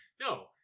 No